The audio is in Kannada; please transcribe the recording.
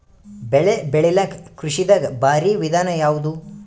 ಬೆಳೆ ಬೆಳಿಲಾಕ ಕೃಷಿ ದಾಗ ಭಾರಿ ವಿಧಾನ ಯಾವುದು?